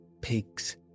pigs